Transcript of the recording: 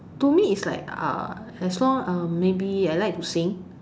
to me is like uh as long uh maybe I like to sing